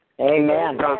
Amen